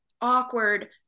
awkward